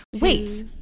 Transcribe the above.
Wait